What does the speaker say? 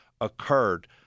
occurred